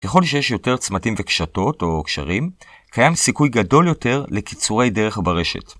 ככל שיש יותר צמתים וקשתות או קשרים, קיים סיכוי גדול יותר לקיצורי דרך ברשת.